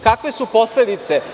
Kakve su posledice?